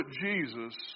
Jesus